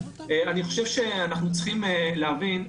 אנחנו צריכים להבין,